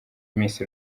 miss